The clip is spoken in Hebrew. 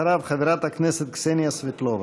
אחריו, חברת הכנסת קסניה סבטלובה.